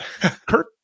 Kurt